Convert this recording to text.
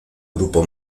grupo